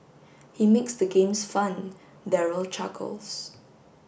he makes the games fun Daryl chuckles